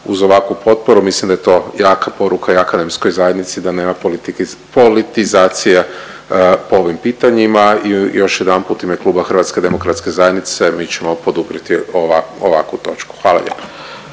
uz ovakvu potporu mislim da je to jaka poruka i akademskoj zajednici da nema politizacija po ovim pitanjima i još jedanput u ime Kluba HDZ-a mi ćemo poduprijeti ova… ovakvu točku, hvala lijepa.